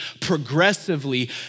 Progressively